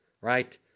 right